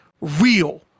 real